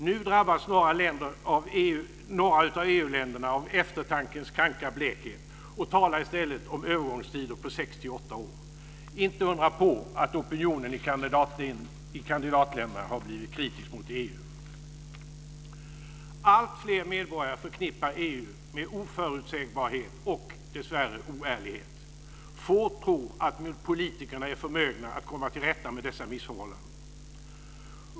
Nu drabbas några av EU-länderna av eftertankens kranka blekhet och talar i stället om övergångstider på 6-8 år. Det är inte undra på att opinionen i kandidatländerna har blivit kritisk mot EU. Alltfler medborgare förknippar EU med oförutsägbarhet och - dessvärre - oärlighet. Få tror att politikerna är förmögna att komma till rätta med dessa missförhållanden.